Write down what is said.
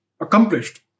accomplished